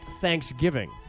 Thanksgiving